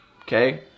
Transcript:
okay